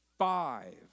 Five